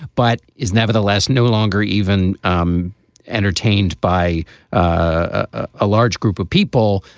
but is nevertheless no longer even um entertained by a large group of people.